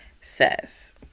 says